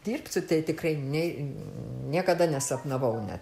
dirbsiu tai tikrai nei niekada nesapnavau net